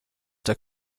der